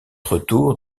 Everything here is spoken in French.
retour